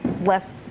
less